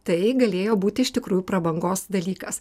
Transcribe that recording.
tai galėjo būti iš tikrųjų prabangos dalykas